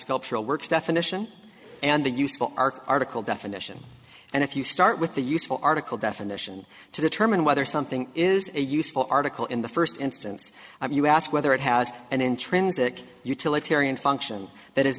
sculptural works definition and the useful arc article definition and if you start with the useful article definition to determine whether something is a useful article in the first instance you ask whether it has an intrinsic utilitarian function that i